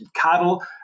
cattle